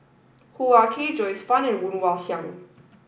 Hoo Ah Kay Joyce Fan and Woon Wah Siang